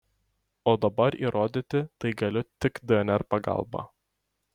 o dabar įrodyti tai galiu tik dnr pagalba